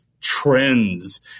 trends